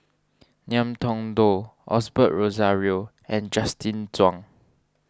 Ngiam Tong Dow Osbert Rozario and Justin Zhuang